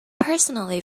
personally